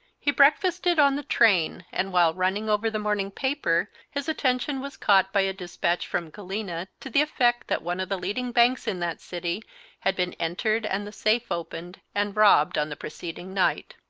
he breakfasted on the train, and while running over the morning paper, his attention was caught by a despatch from galena to the effect that one of the leading banks in that city had been entered and the safe opened and robbed on the preceding night.